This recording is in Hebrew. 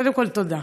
קודם כול, תודה.